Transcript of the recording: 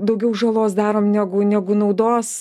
daugiau žalos darom negu negu naudos